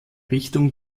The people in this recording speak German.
richtung